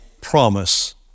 promise